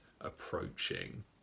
approaching